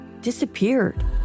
disappeared